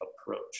approach